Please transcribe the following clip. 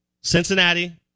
Cincinnati